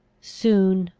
soon,